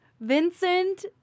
Vincent